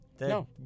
No